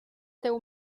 teu